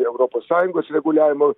europos sąjungos reguliavimo